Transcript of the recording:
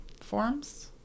forums